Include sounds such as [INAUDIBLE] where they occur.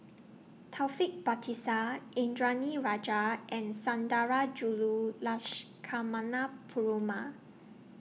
Taufik Batisah Indranee Rajah and Sundarajulu [UNINTELLIGIBLE] Perumal